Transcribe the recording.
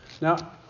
Now